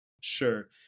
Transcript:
Sure